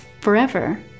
forever